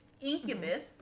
Incubus